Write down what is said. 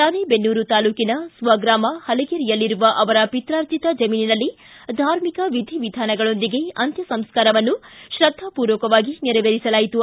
ರಾಣೆಬೆನ್ನೂರ ತಾಲೂಕಿನ ಸ್ವಗ್ರಾಮ ಹಲಗೇರಿಯಲ್ಲಿರುವ ಅವರ ಪಿತ್ರಾರ್ಜಿತ ಜಮೀನಿನಲ್ಲಿ ಧಾರ್ಮಿಕ ವಿದಿವಿಧಾನಗಳೊಂದಿಗೆ ಅಂತ್ಯಸಂಸ್ಕಾರವನ್ನು ತ್ರದ್ಧಾಪೂರ್ವಕವಾಗಿ ನೆರವೇರಿಸಲಾಯಿತು